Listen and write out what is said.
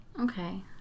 Okay